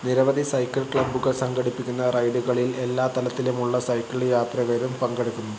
നിരവധി സൈക്കിൾ ക്ലബ്ബുകൾ സംഘടിപ്പിക്കുന്ന റൈഡുകളിൽ എല്ലാ തലത്തിലുമുള്ള സൈക്കിൾ യാത്രികരും പങ്കെടുക്കുന്നു